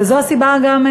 וזו הסיבה גם,